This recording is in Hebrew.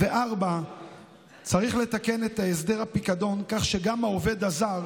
4. צריך לתקן את הסדר הפיקדון כך שגם העובד הזר